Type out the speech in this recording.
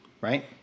Right